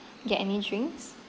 get any drinks